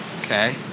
Okay